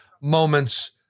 moments